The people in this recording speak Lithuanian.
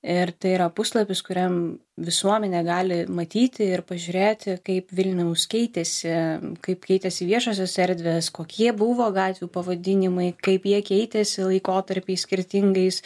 ir tai yra puslapis kuriam visuomenė gali matyti ir pažiūrėti kaip vilnius keitėsi kaip keitėsi viešosios erdvės kokie buvo gatvių pavadinimai kaip jie keitėsi laikotarpiais skirtingais